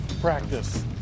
practice